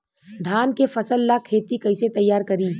धान के फ़सल ला खेती कइसे तैयार करी?